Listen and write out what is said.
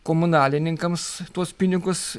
komunalininkams tuos pinigus